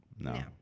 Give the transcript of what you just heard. No